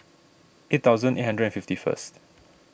eight thousand eight hundred and fifty first